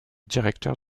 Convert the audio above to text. directeur